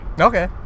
Okay